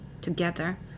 together